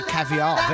Caviar